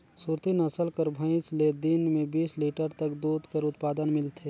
सुरती नसल कर भंइस ले दिन में बीस लीटर तक दूद कर उत्पादन मिलथे